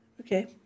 Okay